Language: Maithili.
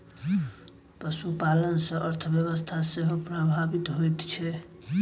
पशुपालन सॅ अर्थव्यवस्था सेहो प्रभावित होइत छै